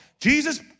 Jesus